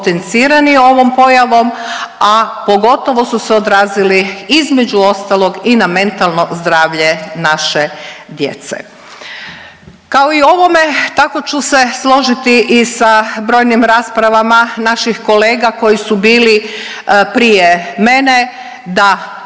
potencirani ovom pojavom, a pogotovo su se odrazili između ostalog i na mentalno zdravlje naše djece. Kao i u ovome tako ću se složiti i sa brojnim raspravama naših kolega koji su bili prije mene, da